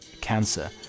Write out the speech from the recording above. cancer